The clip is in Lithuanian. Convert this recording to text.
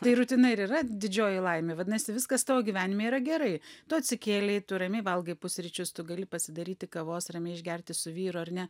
tai rutina ir yra didžioji laimė vadinasi viskas tavo gyvenime yra gerai tu atsikėlei tu ramiai valgai pusryčius tu gali pasidaryti kavos ramiai išgerti su vyru ar ne